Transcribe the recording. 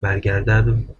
برگردد